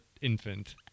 infant